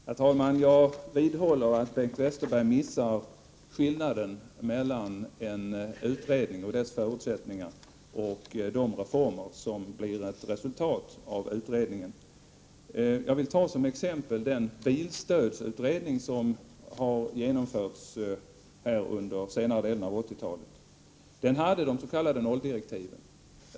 Herr talman! Jag vidhåller att Bengt Westerberg missar skillnaden mellan en utredning och dess förutsättningar och de reformer som blir ett resultat av utredningen. Jag vill ta som exempel den bilstödsutredning som har genomförts under senare delen av 80-talet. För den gällde des.k. nolldirektiven.